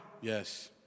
Yes